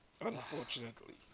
unfortunately